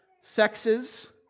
sexes